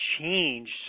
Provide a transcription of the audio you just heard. changed